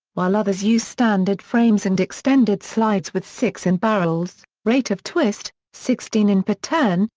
while others use standard frames and extended slides with six in barrels rate of twist sixteen in per turn,